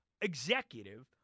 executive